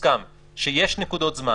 מוסכם שתהיינה נקודות זמן